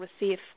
receive